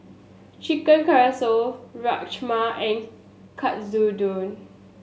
Chicken Casserole Rajma and Katsudon